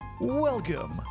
Welcome